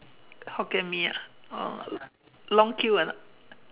Hokkien-Mee ah oh long queue or not